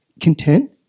content